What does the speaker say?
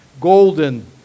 golden